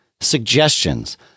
suggestions